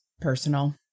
personal